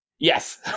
Yes